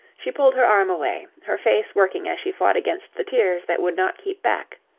she pulled her arm away, her face working as she fought against the tears that would not keep back.